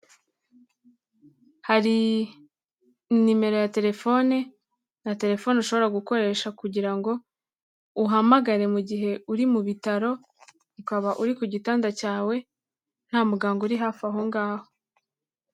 Hari nimero ya telefone na terefone ushobora gukoresha kugira ngo uhamagare mu gihe uri mu bitaro, ukaba uri ku gitanda cyawe, nta muganga uri hafi aho ngaho.